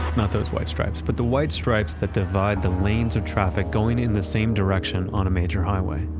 not those white stripes. but the white stripes that divide the lanes of traffic going in the same direction on a major highway.